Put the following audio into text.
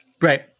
Right